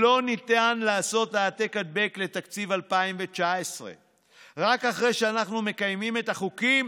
לא ניתן לעשות העתק-הדבק לתקציב 2019. רק אחרי שאנחנו מקיימים את החוקים,